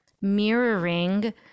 mirroring